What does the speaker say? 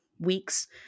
weeks